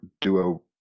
duo